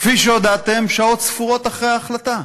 כפי שהודעתם שעות ספורות אחרי ההחלטה?